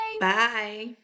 Bye